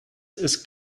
ist